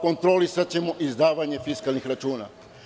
Kontrolisaćemo izdavanje fiskalnih računa.